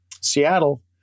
Seattle